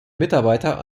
mitarbeiter